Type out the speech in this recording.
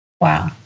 Wow